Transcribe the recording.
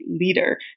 leader